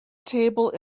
table